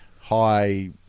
high